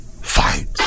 fight